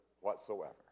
whatsoever